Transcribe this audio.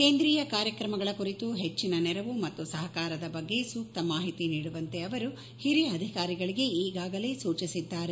ಕೇಂದ್ರೀಯ ಕಾರ್ಯಕ್ರಮಗಳ ಕುರಿತು ಹೆಚ್ಚಿನ ನೆರವು ಮತ್ತು ಸಹಕಾರದ ಬಗ್ಗೆ ಸೂಕ್ತ ಮಾಹಿತಿ ನೀಡುವಂತೆ ಅವರು ಹಿರಿಯ ಅಧಿಕಾರಿಗಳಿಗೆ ಈಗಾಗಲೇ ಸೂಚಿಸಿದ್ದಾರೆ